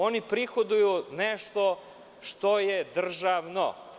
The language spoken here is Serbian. Oni prihodoju nešto što je državno.